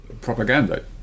propaganda